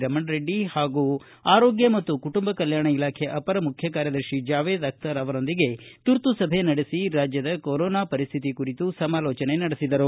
ರಮಣರೆಡ್ಡಿ ಮತ್ತು ಆರೋಗ್ಯ ಮತ್ತು ಕುಟುಂಬ ಕಲ್ಕಾಣ ಇಲಾಖೆ ಅಪರ ಮುಖ್ಯ ಕಾರ್ಯದರ್ಶಿ ಜಾವೇದ್ ಅಕ್ತರ್ ಅವರೊಂದಿಗೆ ತುರ್ತು ಸಭೆ ನಡೆಸಿ ರಾಜ್ಯದ ಕೊರೋನಾ ಪರಿಶ್ಥಿತಿ ಕುರಿತು ಸಮಾಲೋಚನೆ ನಡೆಸಿದರು